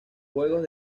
juegos